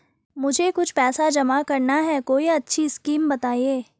मुझे कुछ पैसा जमा करना है कोई अच्छी स्कीम बताइये?